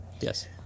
Yes